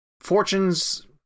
fortunes